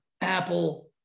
Apple